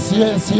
yes